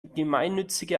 gemeinnützige